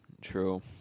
True